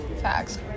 facts